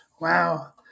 Wow